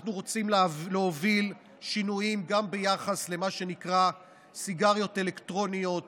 אנחנו רוצים להוביל שינויים גם ביחס למה שנקרא סיגריות אלקטרוניות